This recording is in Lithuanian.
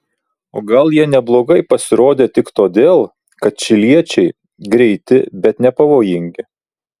o gal jie neblogai pasirodė tik todėl kad čiliečiai greiti bet nepavojingi